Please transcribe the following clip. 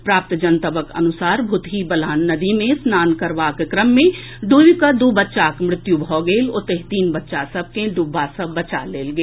प्राप्त जनतबक अनुसार भूतही बलान नदी मे स्नान करबाक क्रम मे डूबि कऽ दू बच्चाक मृत्यु भऽ गेल ओतहि तीन बच्चा सभ डूबबा सँ बचा लेल गेल